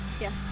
Yes